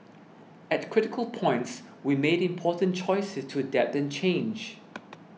at critical points we made important choices to adapt and change